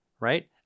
right